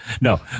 No